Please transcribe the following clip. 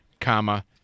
comma